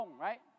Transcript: right